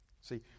See